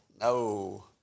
No